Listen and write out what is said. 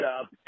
up